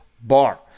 Bar